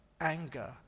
anger